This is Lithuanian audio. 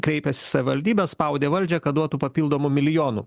kreipės į savivaldybę spaudė valdžią kad duotų papildomų milijonų